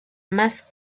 más